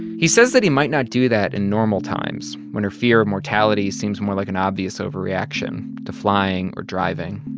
he says that he might not do that in normal times, when her fear of mortality seems more like an obvious overreaction to flying or driving.